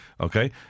Okay